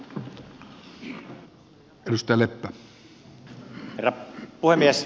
herra puhemies